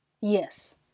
Yes